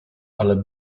ale